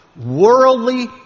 Worldly